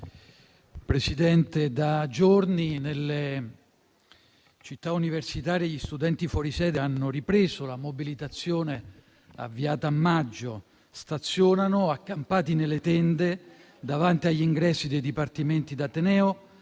Presidente, da giorni nelle città universitarie gli studenti fuori sede hanno ripreso la mobilitazione avviata a maggio. Stazionano accampati nelle tende, davanti agli ingressi dei dipartimenti di ateneo